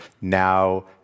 Now